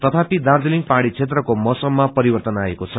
तथापि दार्जीलिङ पहाड़ी क्षेत्रको मौसममा परिवर्तन आएको छ